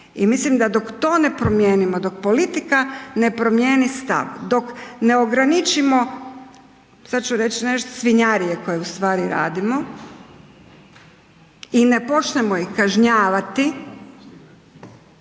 I mislim da dok to ne promijenimo, dok politika ne promijeni stav, dok ne ograničimo sada ću reći nešto, svinjarije koje ustvari radimo i ne počnemo ih kažnjavati,